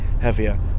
heavier